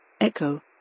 Echo